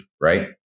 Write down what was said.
right